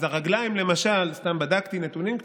אז בדקתי קצת נתונים,